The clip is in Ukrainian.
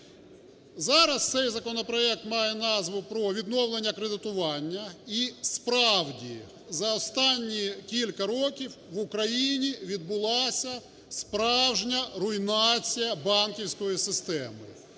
Зараз цей законопроект має назву: про відновлення кредитування. І справді за останні кілька років в Україні відбулася справжня руйнація банківської системи.